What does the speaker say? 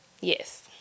Yes